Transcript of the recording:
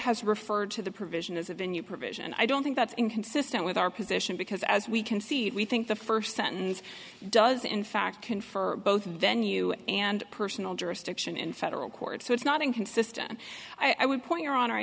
has referred to the provision as a venue provision and i don't think that's inconsistent with our position because as we can see we think the first sentence does in fact can for both venue and personal jurisdiction in federal court so it's not inconsistent i would point your honor i